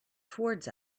towards